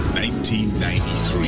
1993